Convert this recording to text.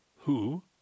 Who